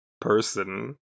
person